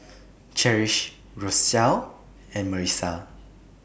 Cherish Rochelle and Marissa